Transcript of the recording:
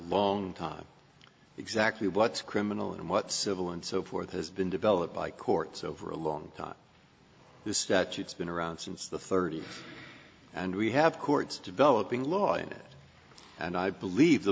long time exactly what's criminal and what civil and so forth has been developed by courts over a long time the statutes been around since the thirty's and we have courts developing law it and i believe the